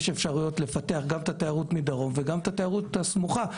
יש אפשרויות לפתח תיירות מדרום ותיירות סמוכה.